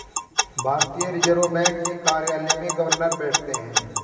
भारतीय reserve bank के कार्यालय में गवर्नर बैठते हैं